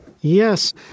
Yes